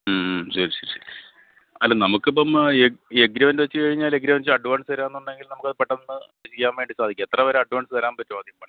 ഉം ഉം ഉം ശരി ശരി ശരി അല്ല നമുക്കപ്പോള് എഗ്രിമെന്റ് വച്ചുകഴിഞ്ഞാല് എഗ്രിമന്റ് വച്ച് അഡ്വാൻസ് തരാന്നുണ്ടെങ്കില് നമുക്കതു പെട്ടെന്ന് ചെയ്യാൻ വേണ്ടി സാധിക്കും എത്രവരെ അഡ്വാൻസ് തരാൻ പറ്റും ആദ്യം പണിയുടെ